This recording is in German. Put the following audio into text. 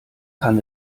kann